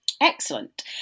Excellent